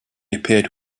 appeared